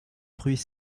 fruits